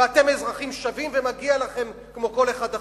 ואתם אזרחים שווים ומגיע לכם כמו לכל אחד אחר,